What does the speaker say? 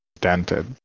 dented